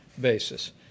basis